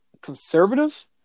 conservative